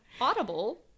Audible